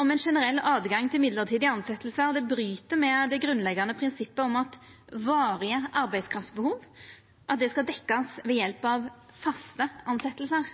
om ein generell åtgang til mellombelse tilsetjingar bryt med det grunnleggjande prinsippet om at varige arbeidskraftbehov skal dekkjast ved hjelp av faste tilsetjingar.